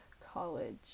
college